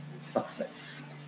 success